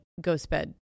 Ghostbed